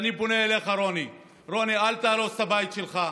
אני פונה אליך, רוני: רוני, אל תהרוס את הבית שלך.